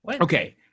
Okay